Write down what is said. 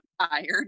tired